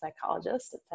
psychologist